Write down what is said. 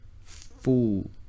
full